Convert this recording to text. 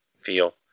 feel